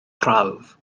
prawf